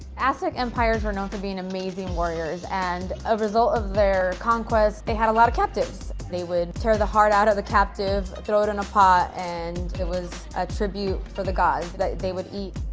aztec empires were known for being amazing warriors, and a result of their conquest they had a lot of captives. they would tear the heart out of the captive, throw it in a and it was a tribute for the gods that they would eat.